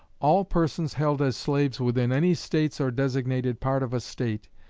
all persons held as slaves within any states or designated part of a state,